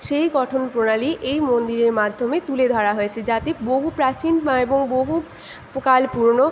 সেই গঠন প্রণালী এই মন্দিরের মাধ্যমে তুলে ধরা হয়েছে যাতে বহু প্রাচীন এবং বহু প কাল পুরোনো